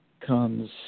comes